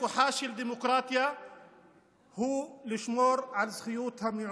כוחה של דמוקרטיה הוא לשמור על זכויות המיעוט.